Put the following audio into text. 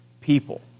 people